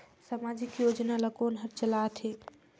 समाजिक योजना ला कोन हर चलाथ हे?